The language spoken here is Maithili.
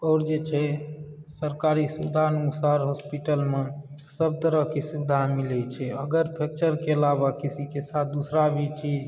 आओर जे छै सरकारी सुविधा अनुसार हॉस्पिटलमऽ सभ तरहकेँ सुविधा मिलय छै अगर फ्रेक्चरके अलावा किसीके साथ दूसरा भी चीज